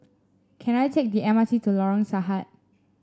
can I take the M R T to Lorong Sarhad